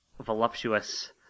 voluptuous